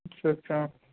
اچھا اچھا